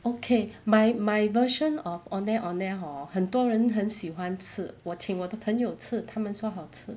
okay my my version of ondeh-ondeh hor 很多人很喜欢吃我请我的朋友吃他们说好吃